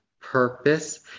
purpose